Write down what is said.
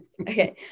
Okay